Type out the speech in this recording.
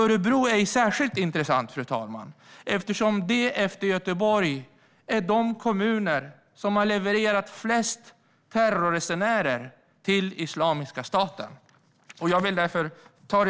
Örebro är särskilt intressant, fru talman, eftersom Örebro är den kommun efter Göteborg som har levererat flest terrorresenärer till Islamiska staten. Jag vill därför ta